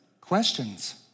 questions